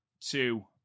two